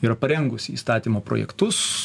yra parengusi įstatymo projektus